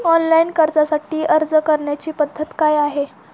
Online कर्जासाठी अर्ज करण्याची पद्धत काय आहे?